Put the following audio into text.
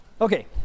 okay